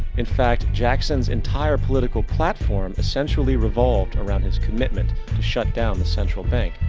in fact, jackson's entire political platform essentially revolved around his commitment to shut down the central bank.